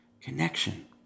connection